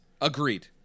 Agreed